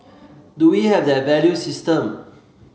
do we have that value system